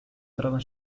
tratan